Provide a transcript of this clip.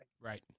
right